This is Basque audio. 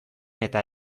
eta